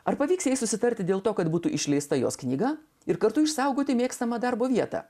ar pavyks susitarti dėl to kad būtų išleista jos knyga ir kartu išsaugoti mėgstamą darbo vietą